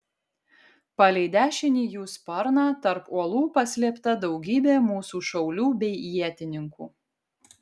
palei dešinį jų sparną tarp uolų paslėpta daugybė mūsų šaulių bei ietininkų